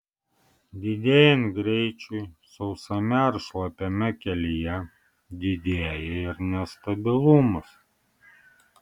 didėjant greičiui sausame ar šlapiame kelyje didėja ir nestabilumas